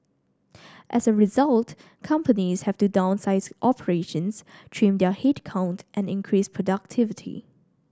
as a result companies have to downsize operations trim their headcount and increase productivity